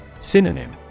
Synonym